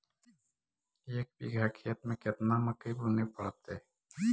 एक बिघा खेत में केतना मकई बुने पड़तै?